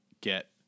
get